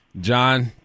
John